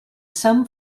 some